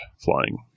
flying